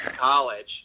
college